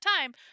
time